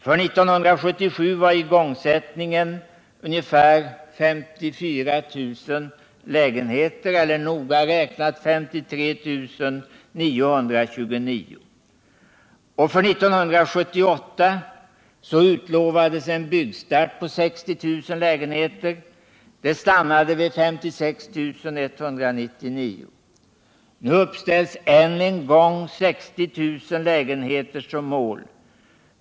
För 1977 var igångsättningen ungefär 54 000 lägenheter eller noga räknat 53 929. För 1978 utlovades byggstart på 60 000 lägenheter — det stannade vid 56 199. Nu uppställs ännu en gång 60 000 lägenheter som mål.